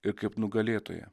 ir kaip nugalėtoją